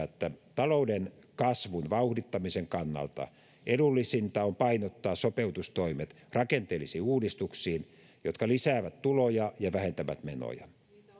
että talouden kasvun vauhdittamisen kannalta edullisinta on painottaa sopeutustoimet rakenteellisiin uudistuksiin jotka lisäävät tuloja ja vähentävät menoja